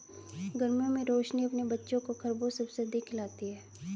गर्मियों में रोशनी अपने बच्चों को खरबूज सबसे अधिक खिलाती हैं